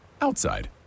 outside